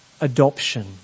adoption